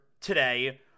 today